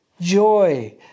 joy